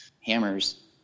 hammers